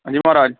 अंजी म्हाराज